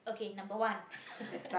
okay number one